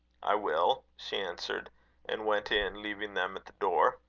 i will, she answered and went in, leaving them at the door.